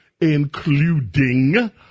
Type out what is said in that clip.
including